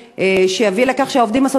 שיביא לכך שהעובדים הסוציאליים,